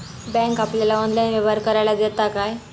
Bank आपल्याला online व्यवहार करायला देता काय?